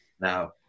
Now